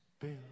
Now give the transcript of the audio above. Build